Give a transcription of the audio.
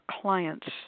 clients